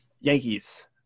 Yankees